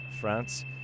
France